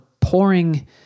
pouring